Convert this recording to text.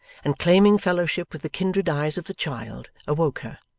and claiming fellowship with the kindred eyes of the child, awoke her.